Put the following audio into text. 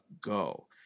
go